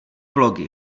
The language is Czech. blogy